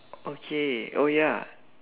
okay oh ya